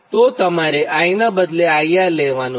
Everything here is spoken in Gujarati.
તો તમારે I નાં IR બદલે લેવાનું છે